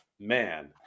Man